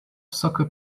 soccer